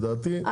לדעתי יש מקום.